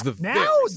Now